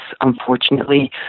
unfortunately